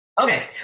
Okay